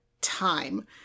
time